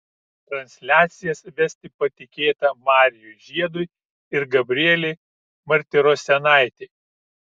transliacijas vesti patikėta marijui žiedui ir gabrielei martirosianaitei